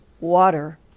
water